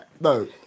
no